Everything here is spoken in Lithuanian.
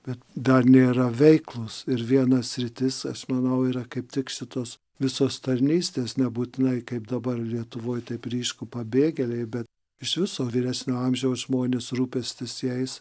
bet dar nėra veiklos ir viena sritis manau yra kaip tik šitos visos tarnystės nebūtinai kaip dabar lietuvoj taip ryšku pabėgėliai bet iš viso vyresnio amžiaus žmonės rūpestis jais